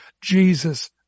Jesus